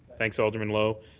thanks, alderman lowe.